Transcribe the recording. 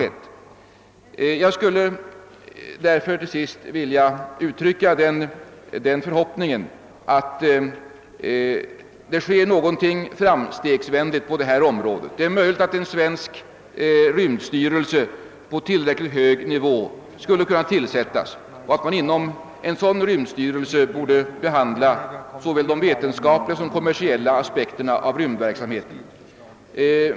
Till sist skulle jag vilja uttrycka den förhoppningen, att det måtte ske något framstegsvänligt på detta område. En svensk rymdstyrelse på tillräckligt hög nivå skulle kunna tillsättas. Inom en sådan rymdstyrelse borde behandlas såväl de vetenskapliga som de kommersiella aspekterna beträffande rymdverksamhet.